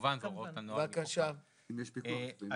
אנחנו מתחילים